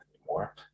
anymore